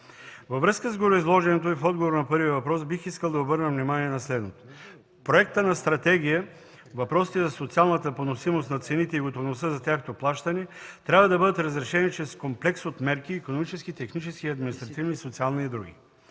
Във връзка с гореизложеното и в отговор на първия въпрос бих искал да обърна внимание на следното. Проектът на стратегия по въпросите за социалната поносимост на цените и готовността за тяхното плащане трябва да бъдат разрешени чрез комплекс от мерки – икономически, технически, административни, социални и други.